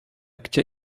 gdzie